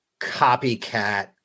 copycat